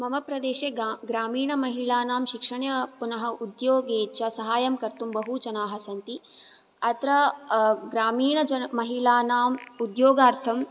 मम प्रदेशे गा ग्रामीणमहिलानां शिक्षणे पुनः उद्योगे च सहायं कर्तुं बहु जनाः सन्ति अत्र ग्रामीणजनमहिलानां उद्योगार्थं